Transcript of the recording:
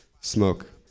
Smoke